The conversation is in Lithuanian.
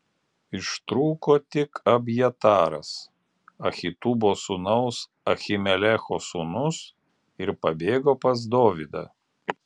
ištrūko tik abjataras ahitubo sūnaus ahimelecho sūnus ir pabėgo pas dovydą